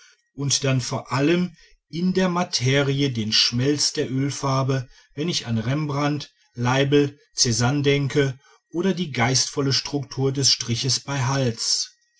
und dann vor allem in der materie den schmelz der ölfarbe wenn ich an rembrandt leibl czanne denke oder die geistvolle struktur des striches bei hals